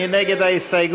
מי נגד ההסתייגות?